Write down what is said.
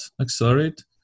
accelerate